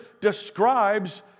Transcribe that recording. describes